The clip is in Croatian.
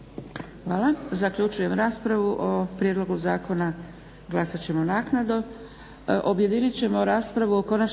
Hvala. Zaključujem raspravu. O prijedlogu zakona glasat ćemo naknadno.